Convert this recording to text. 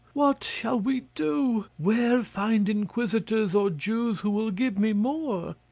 what shall we do? where find inquisitors or jews who will give me more?